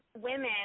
women